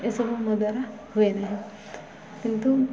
ଏସବୁ ମୋ ଦ୍ୱାରା ହୁଏ ନାହିଁ କିନ୍ତୁ